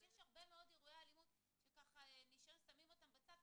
יש הרבה מאוד אירועי אלימות ששמים אותם בצד,